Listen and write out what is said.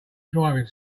driving